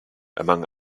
among